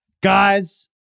guys